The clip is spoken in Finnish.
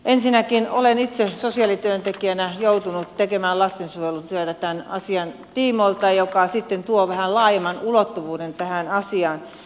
ensinnäkin olen itse sosiaalityöntekijänä joutunut tekemään lastensuojelutyötä tämän asian tiimoilta mikä sitten tuo vähän laajemman ulottuvuuden tähän asiaan